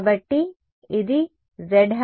కాబట్టి ఇది z